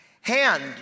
hand